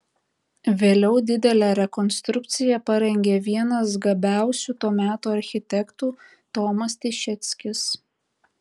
vėliau didelę rekonstrukciją parengė vienas gabiausių to meto architektų tomas tišeckis